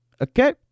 okay